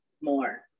more